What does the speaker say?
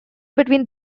between